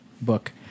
book